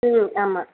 ம் ஆமாம்